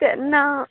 त्यांना